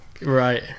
right